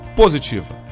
positiva